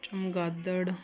ਚਮਗਾਦੜ